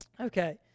Okay